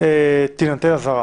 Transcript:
תינתן אזהרה?